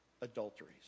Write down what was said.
adulteries